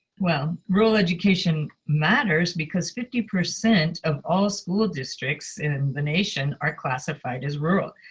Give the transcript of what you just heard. well, rural education matters because fifty percent of all school districts in the nation are classified as rural,